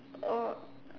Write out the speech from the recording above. oh